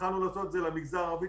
התחלנו לעשות את זה למגזר הערבי,